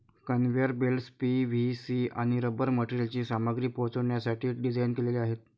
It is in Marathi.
कन्व्हेयर बेल्ट्स पी.व्ही.सी आणि रबर मटेरियलची सामग्री पोहोचवण्यासाठी डिझाइन केलेले आहेत